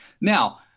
Now